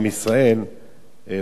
להעביר אותם לנצרות.